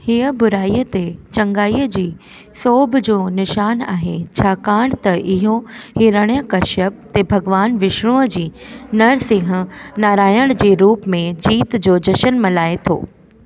हीअ बुराईअ ते चङाईअ जी सोभ जो निशान आहे छाकाणि त इहो हिरण्यकश्यप ते भॻवानु विष्णूअ जी नरसिंह नारायण जे रूप में जीत जो जशन मल्हाए थो